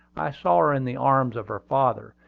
i saw her in the arms of her father,